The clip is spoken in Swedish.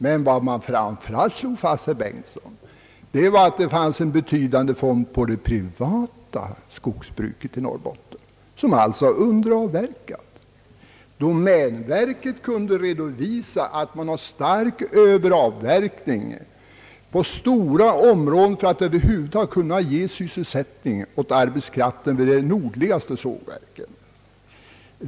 Men vad man framför allt slog fast, herr Bengtson, var att det fanns en betydande råvarufond inom det privata skogsbruket i Norrbotten, som alltså var underavverkat. Domänverket kunde redovisa en stark överavverkning i stora områden som skett för att över huvud taget kunna ge sysselsättning åt arbetskraften vid de nordligaste sågverken.